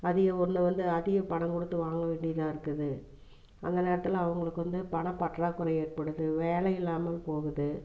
அவங்க ஊரில் வந்து அதிக பணம் கொடுத்து வாங்க வேண்டியதாக இருக்குது அந்த நேரத்தில் அவங்களுக்கு வந்து பணப்பற்றாக்குறை ஏற்படுது வேலை இல்லாமல் போகுது